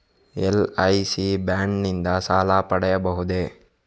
LIC bond ನಿಂದ ಸಾಲ ಪಡೆಯಬಹುದೇ?